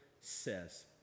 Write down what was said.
says